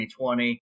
2020